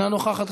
אינה נוכחת,